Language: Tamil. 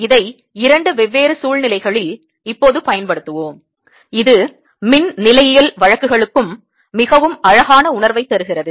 இதை இரண்டு வெவ்வேறு சூழ்நிலைகளில் இப்போது பயன்படுத்துவோம் இது மின் நிலையியல் வழக்குகளுக்கும் மிகவும் அழகான உணர்வைத் தருகிறது